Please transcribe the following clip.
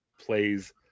plays